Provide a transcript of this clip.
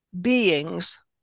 beings